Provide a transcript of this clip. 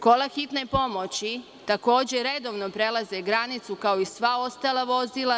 Kola hitne pomoći takođe redovno prelaze granicu, kao i sva ostala vozila.